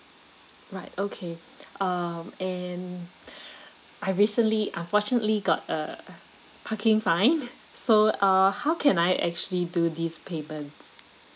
right okay um and I recently unfortunately got a parking fine so uh how can I actually do this payments